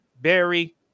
Barry